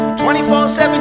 24/7